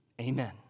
Amen